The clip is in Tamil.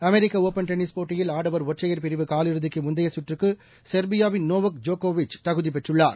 அமெரிக்க ஒப்பன் டென்னிஸ் போட்டியில் ஆடவர் ஒற்றையர் பிரிவு காலிறுதிக்கு முந்தைய சுற்றுக்கு செர்பியாவின் நோவோக் ஜோக்கோவிச் தகுதி பெற்றுள்ளார்